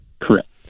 Correct